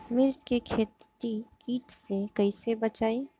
मिर्च के खेती कीट से कइसे बचाई?